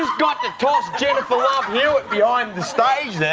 got tossed jennifer knew it behind the stage,